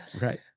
right